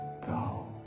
go